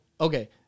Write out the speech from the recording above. okay